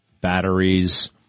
batteries